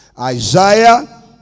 Isaiah